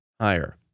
higher